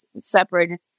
separated